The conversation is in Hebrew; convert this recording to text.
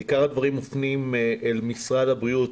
בעיקר הדברים מופנים אל משרד הבריאות,